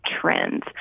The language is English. trends